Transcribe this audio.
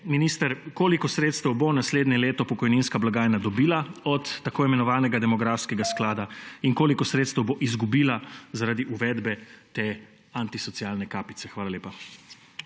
minister: Koliko sredstev bo naslednje leto pokojninska blagajna dobila od tako imenovanega demografskega sklada in koliko sredstev bo izgubila zaradi uvedbe te antisocialne kapice? Hvala lepa.